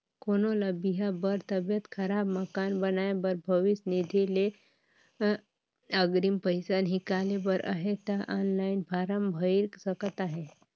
कोनो ल बिहा बर, तबियत खराब, मकान बनाए बर भविस निधि ले अगरिम पइसा हिंकाले बर अहे ता ऑनलाईन फारम भइर सकत अहे